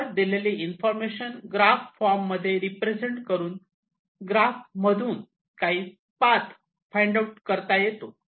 वर दिलेली information graph form मध्ये रिप्रेझेंट करून ग्राफ मधून काही पाथ फाईंड आऊट करता येतो